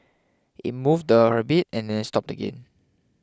it moved a bit and then stopped again